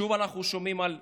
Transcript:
שוב אנחנו שומעים על קבינט,